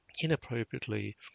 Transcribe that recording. inappropriately